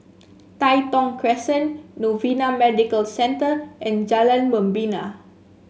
Tai Thong Crescent Novena Medical Centre and Jalan Membina